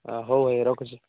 ହଁ ହଉ ଭାଇ ରଖୁଛି